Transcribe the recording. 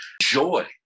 Joy